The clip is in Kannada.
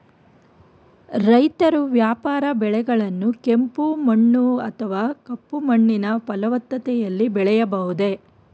ರೈತರು ವ್ಯಾಪಾರ ಬೆಳೆಗಳನ್ನು ಕೆಂಪು ಮಣ್ಣು ಅಥವಾ ಕಪ್ಪು ಮಣ್ಣಿನ ಫಲವತ್ತತೆಯಲ್ಲಿ ಬೆಳೆಯಬಹುದೇ?